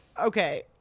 Okay